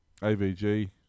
AVG